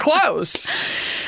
close